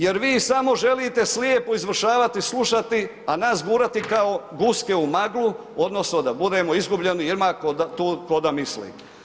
Jer vi samo želite slijepo izvršavati i slušati, a nas gurati kao guske u maglu odnosno da budemo izgubljeni jer ima tu ko da misli.